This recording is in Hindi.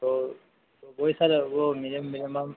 तो तो वह ही सर वह मिनी मिनिमम